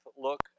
look